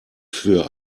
für